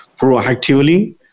proactively